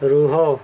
ରୁହ